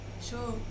Sure